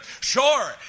Sure